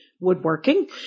woodworking